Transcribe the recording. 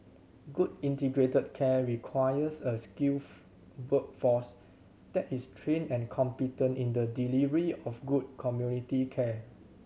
good integrated care requires a skilled workforce that is trained and competent in the delivery of good community care